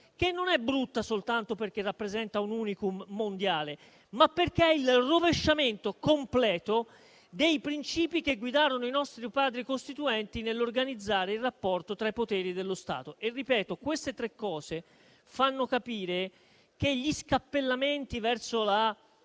che non è brutta soltanto perché rappresenta un *unicum* mondiale, ma perché è anche il rovesciamento completo dei princìpi che guidarono i nostri Padri costituenti nell'organizzare il rapporto tra i poteri dello Stato. Ripeto: queste cose fanno capire che gli scappellamenti verso la